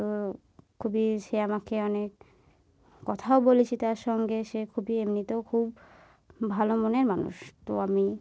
তো খুবই সে আমাকে অনেক কথাও বলেছি তার সঙ্গে সে খুবই এমনিতেও খুব ভালো মনের মানুষ তো আমি